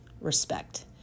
respect